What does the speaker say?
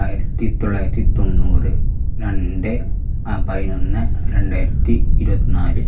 ആയിരത്തി തൊള്ളായിരത്തി തൊണ്ണൂറ് രണ്ടേ പയിനൊന്ന് രണ്ടായിരത്തി ഇരുപത്തി നാല്